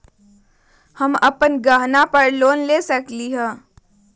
हम अपन गहना पर लोन ले सकील?